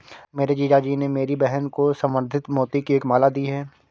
मेरे जीजा जी ने मेरी बहन को संवर्धित मोती की एक माला दी है